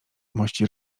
mości